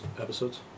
episodes